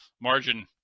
margin